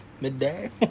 midday